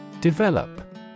Develop